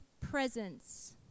presence